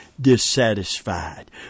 dissatisfied